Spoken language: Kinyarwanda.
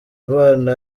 imana